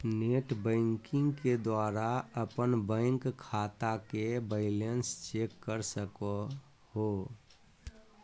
net banking के द्वारा अपन बैंक खाता के बैलेंस चेक कर सको हो